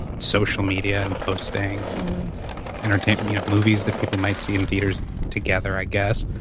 social media and posting and entertain, you know, movies that people might see in theaters together, i guess.